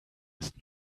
ist